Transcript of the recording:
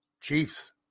Chiefs